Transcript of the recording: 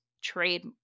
trade